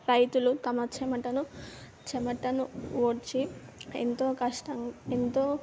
రైతులు తమ చెమటను చెమటను ఓడ్చి ఎంతో కష్టం ఎంతో